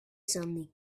suddenly